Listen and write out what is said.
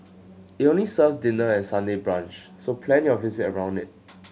it only serves dinner and Sunday brunch so plan your visit around it